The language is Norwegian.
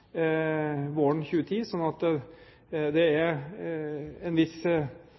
våren 2010. Det er en viss